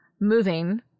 moving